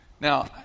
Now